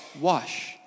wash